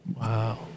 Wow